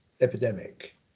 epidemic